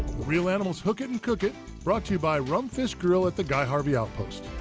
reel animals hook it and cook it brought to you by rumfish grill at the guy harvey outpost.